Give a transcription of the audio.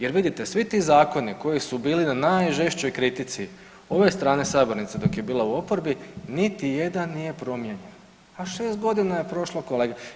Jer vidite svi ti zakoni koji su bili na najžešćoj kritici ove strane sabornice dok je bila u oporbi niti jedan nije promijenjen, a 6 godina je prošlo kolega.